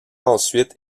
ensuite